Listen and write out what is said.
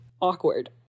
awkward